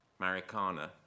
Marikana